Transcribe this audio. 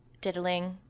diddling